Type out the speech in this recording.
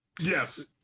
yes